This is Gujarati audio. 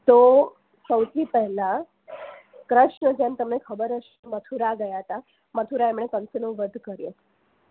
તો સૌથી પહેલા કૃષ્ણ જન્મ તમને ખબર જ મથુરા ગયા હતા મથુરા એમણે કંસનો વધ કર્યો